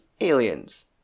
Aliens